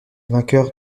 vainqueurs